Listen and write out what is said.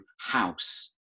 house